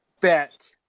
bet